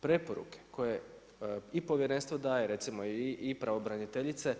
Preporuke koje i povjerenstvo daje recimo i pravobraniteljice